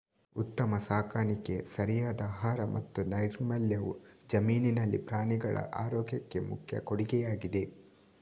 ಉತ್ತಮ ಸಾಕಾಣಿಕೆ, ಸರಿಯಾದ ಆಹಾರ ಮತ್ತು ನೈರ್ಮಲ್ಯವು ಜಮೀನಿನಲ್ಲಿ ಪ್ರಾಣಿಗಳ ಆರೋಗ್ಯಕ್ಕೆ ಮುಖ್ಯ ಕೊಡುಗೆಯಾಗಿದೆ